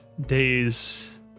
days